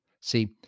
See